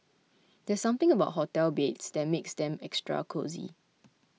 there's something about hotel beds that makes them extra cosy